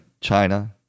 China